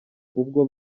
ubwo